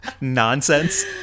nonsense